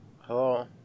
Hello